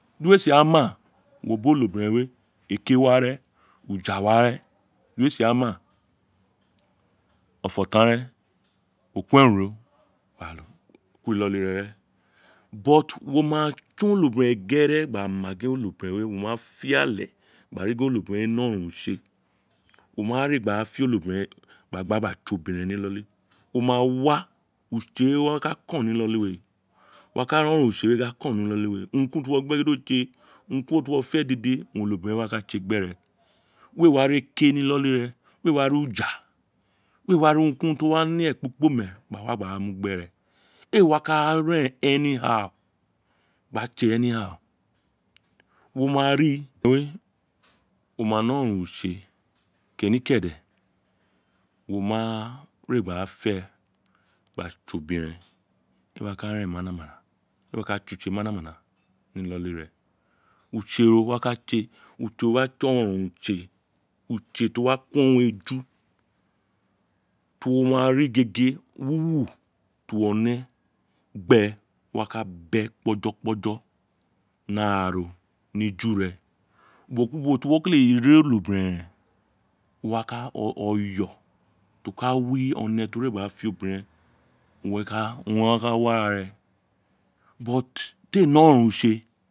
Di uwo ee si ra ma wo bi onobiren we eke waren uja waren di uwo ee si ra ma ofo tan reen o ko erun ro gba ku iloli re ren wo ma tson onobiren we gere gba ma gin onobiren we wo ma fé ale gba rii gin onobiren we ne oronron utse wo ma re gba fe onobiren we ma re gba gbaa tse obiren ni iloli o ma wa utse we wo wa ka ri oron ron utse we gba no kon ní iloli we urun tí wo ma fé gegi owun onobiren we wa ka tse gbe re we wa ri eke ní iloli re we wa ri uja we wa ri urun kurun ti o wa ne ekpi kpome gba wa gba mu gbere ee wa ka ren gba tse wo ma ri we o ma ne oronron utse keni kede wo ma re gba fe gba tse obiren ee wa ka ren gba tse mana mana were gba tse utse mana mana ni iloli re utse ro o wa ka tse utse ro o wa tse oron ron utse utse li o wa kon uwo eju ti wo ma ri gege wuwu ti uwo ne gbe o wa ka bie kpi ojo kpi ojo ni ara ro ni eju re ubo ku ubo ti uwo kele ri onobiren ren wo wa ka oyo ti o ka wi one ti o ve gba fe obiren owun ee ka owun ee waka wi arare ti a ne oronron utse.